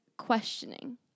questioning